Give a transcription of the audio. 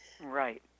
Right